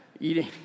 eating